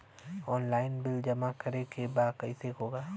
Online bill जमा करे के बा कईसे होगा?